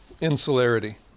insularity